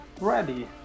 ready